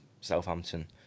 Southampton